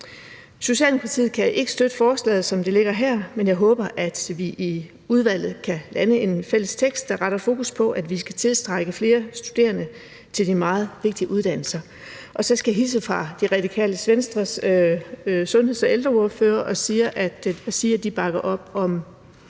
Socialdemokratiet kan ikke støtte forslaget, som det ligger her, men jeg håber, at vi i udvalget kan lande en fælles tekst, der retter fokus på, at vi skal tiltrække flere studerende til de meget vigtige uddannelser. Og så skal jeg hilse fra Det Radikale Venstres sundheds- og ældreordfører og sige, at de bakker op om